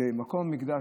זה מקום המקדש,